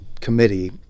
committee